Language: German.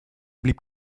blieb